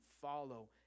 follow